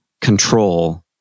control